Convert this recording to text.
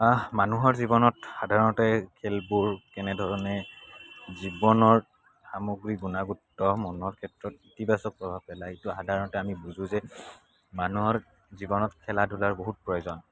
মানুহৰ জীৱনত সাধাৰণতে খেলবোৰ কেনেধৰণে জীৱনৰ সামগ্ৰী গুণগতমানৰ ক্ষেত্ৰত ইতিবাচক প্ৰভাৱ পেলায় সেইটো সাধাৰণতে আমি বুজোঁ যে মানুহৰ জীৱনত খেলা ধূলাৰ বহুত প্ৰয়োজন